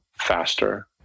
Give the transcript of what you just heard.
faster